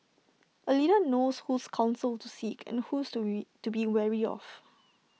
A leader knows whose counsel to seek and whose to be wary of